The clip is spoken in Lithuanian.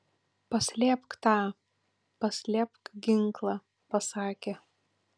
paslėpk tą paslėpk ginklą pasakė